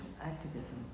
activism